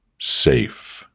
safe